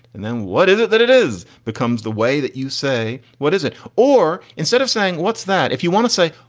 and then what is it that it is becomes the way that you say. what is it? or instead of saying, what's that? if you want to say,